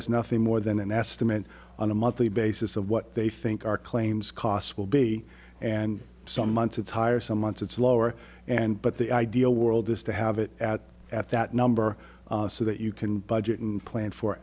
is nothing more than an estimate on a monthly basis of what they think our claims cost will be and some months it's higher some months it's lower and but the ideal world is to have it at at that number so that you can budget and plan for